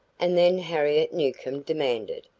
and then harriet newcomb demanded,